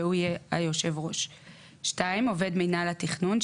והוא יהיה היושב ראש ; (2) עובד מינהל התכנון,